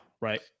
right